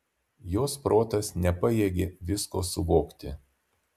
jos protas nepajėgė visko suvokti